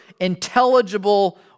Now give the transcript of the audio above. intelligible